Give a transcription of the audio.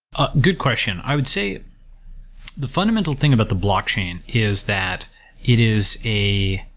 ah good question. i would say the fundamental thing about the block chain is that it is a